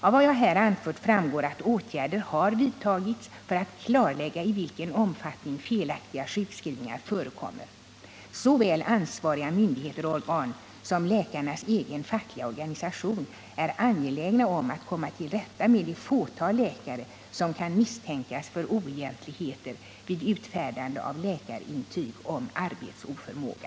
Av vad jag har anfört framgår att åtgärder har vidtagits för att klarlägga i vilken omfattning felaktiga sjukskrivningar förekommer. Såväl ansvariga myndigheter och organ som läkarnas egen fackliga organisation är angelägna om att komma till rätta med det fåtal läkare som kan misstänkas för oegentligheter vid utfärdande av läkarintyg om arbetsoförmåga.